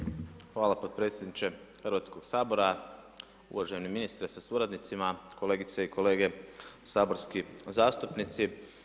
Hvala potpredsjedniče Hrvatskog sabora, uvaženi ministre sa suradnicima, kolegice i kolege saborski zastupnici.